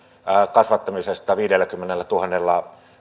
kasvattamista viidelläkymmenellätuhannella